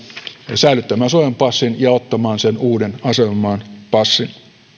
säilyttämään suomen passin ja ottamaan sen uuden asemamaan passin